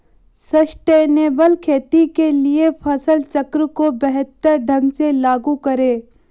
sustainable खेती के लिए फसल चक्र को बेहतर ढंग से लागू करें